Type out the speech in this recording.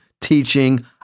teaching